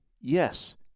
Yes